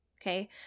okay